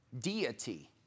deity